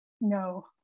no